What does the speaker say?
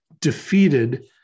defeated